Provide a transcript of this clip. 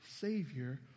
Savior